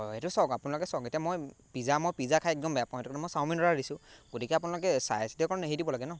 হয় সেইটো চাওক আপোনালোকে চাওক এতিয়া মই পিজ্জা মই পিজ্জা খাই একদম বেয়া পাওঁ সেইটো কাৰণে মই চাওমিন অৰ্ডাৰ দিছোঁ গতিকে আপোনালোকে চাই চিতি অকণ হেৰি দিব লাগে ন